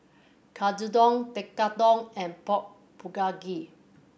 Katsudon Tekkadon and Pork Bulgogi